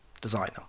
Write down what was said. designer